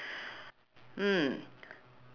mm